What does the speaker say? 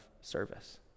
service